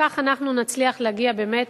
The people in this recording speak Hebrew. כך אנחנו נצליח להגיע באמת